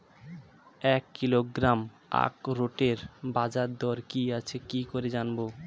এক কিলোগ্রাম আখরোটের বাজারদর কি আছে কি করে জানবো?